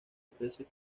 peces